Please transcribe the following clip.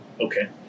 okay